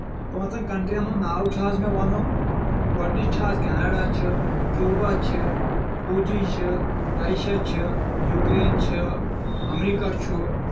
پانٛژن کَنٹرین ہُنٛد ناو چھُ حظ مےٚ وَنُن گۄڈٕنِچ چھِ حظ کینیڈا چھِ کیوبا چھِ فوٗجی چھِ رشیا چھِ یوکرین چھ امریکہ چھُ